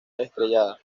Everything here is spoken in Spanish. estrellada